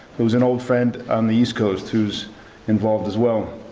who is an old friend on the east coast, who's involved as well